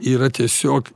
yra tiesiog